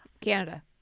Canada